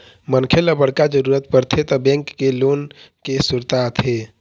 मनखे ल बड़का जरूरत परथे त बेंक के लोन के सुरता आथे